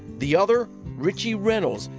the other, ritchie reynolds,